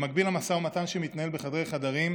במקביל המשא-ומתן, שמתנהל בחדרי חדרים,